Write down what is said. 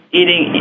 eating